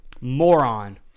moron